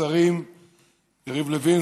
השר יריב לוין,